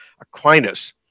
Aquinas